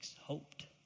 hoped